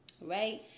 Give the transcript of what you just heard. Right